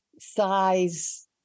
size